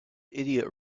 idiot